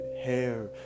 hair